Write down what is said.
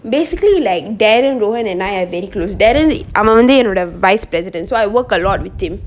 basically like darren rowen and I are very close darren அவன் வந்து என்னோட:avan vanthu ennoda vice president so I work a lot with him